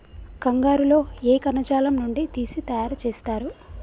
కంగారు లో ఏ కణజాలం నుండి తీసి తయారు చేస్తారు?